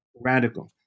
radical